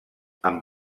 amb